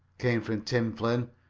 came from tim flynn.